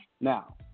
Now